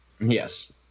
Yes